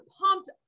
pumped